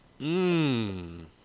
mmm